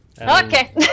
Okay